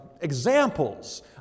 examples